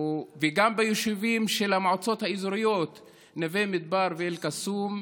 וגם ביישובים של המועצות האזוריות נווה מדבר ואל-קסום,